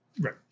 Right